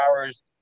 hours